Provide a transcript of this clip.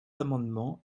amendement